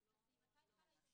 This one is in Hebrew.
אני לא יודעת למה שימרית